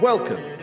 Welcome